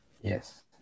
Yes